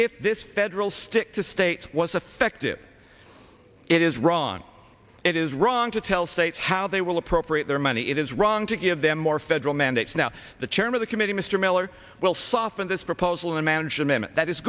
if this federal stick to states was effective it is wrong it is wrong to tell states how they will appropriate their money it is wrong to give them more federal mandates now the chair of the committee mr miller will soften this proposal and manage a minute that is